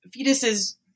fetuses